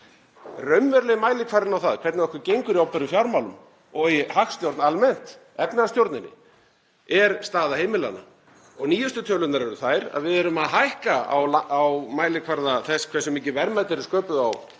Raunverulegi mælikvarðinn á það hvernig okkur gengur í opinberum fjármálum og í hagstjórn almennt, efnahagsstjórninni, er staða heimilanna og nýjustu tölurnar eru þær að við erum að hækka á mælikvarða þess hversu mikil verðmæti eru sköpuð á mann